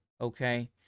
Okay